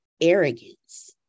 arrogance